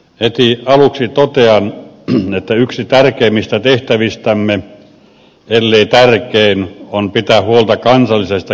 heti aluksi totean että yksi tärkeimmistä tehtävistämme ellei tärkein on pitää huolta kansallisesta kilpailukyvystämme